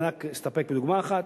אני אסתפק בדוגמה אחת: